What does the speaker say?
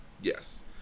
Yes